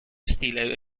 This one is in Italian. stile